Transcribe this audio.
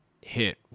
hit